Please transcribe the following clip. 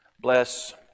Bless